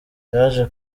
yaje